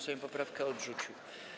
Sejm poprawkę odrzucił.